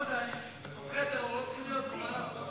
אתם לא צריכים להיות פה.